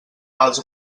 els